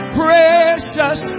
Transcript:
precious